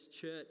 church